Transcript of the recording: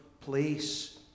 place